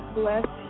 bless